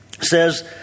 says